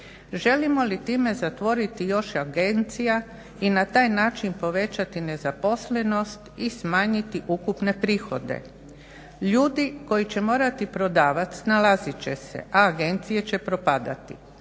Želimo li time zatvoriti još agencija i na taj način povećati nezaposlenost i smanjiti ukupne prihode? Ljudi koji će morati prodavat snalazit će se, a agencije će propadati.